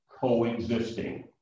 coexisting